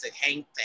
hang